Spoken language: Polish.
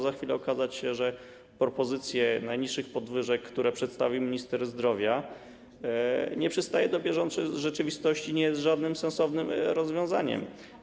Za chwilę może się okazać, że propozycje najniższych podwyżek, które przedstawi minister zdrowia, nie przystają do bieżącej rzeczywistości i nie są żadnym sensownym rozwiązaniem.